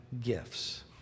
gifts